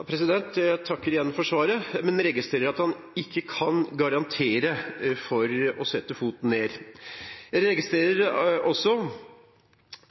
Jeg takker igjen for svaret, men registrerer at statsråden ikke kan garantere å sette foten ned. Jeg registrerer også